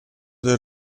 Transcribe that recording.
del